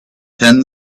ten